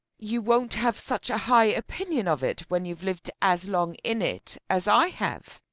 you won't have such a high opinion of it when you've lived as long in it as i have,